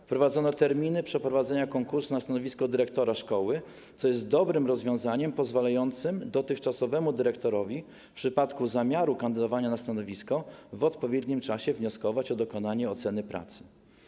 Wprowadzono terminy przeprowadzenia konkursu na stanowisko dyrektora szkoły, co jest dobrym rozwiązaniem pozwalającym dotychczasowemu dyrektorowi w przypadku zamiaru kandydowania na stanowisko w odpowiednim czasie wnioskować o dokonanie oceny pracy.